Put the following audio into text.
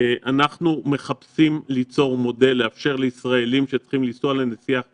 אנחנו מחפשים ליצור מודל לאפשר לישראלים שצריכים לנסוע לנסיעה חיונית,